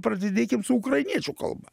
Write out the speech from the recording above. prasidėkim su ukrainiečių kalba